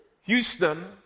Houston